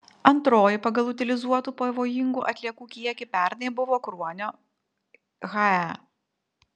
antroji pagal utilizuotų pavojingų atliekų kiekį pernai buvo kruonio hae